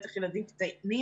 בטח ילדים קטנים,